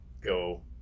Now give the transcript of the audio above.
go